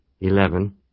Eleven